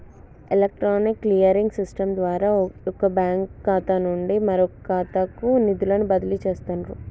electronic clearing system ద్వారా వొక bank ఖాతా నుండి మరొకఖాతాకు నిధులను బదిలీ చేస్తండ్రు